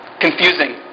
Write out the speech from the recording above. confusing